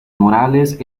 morales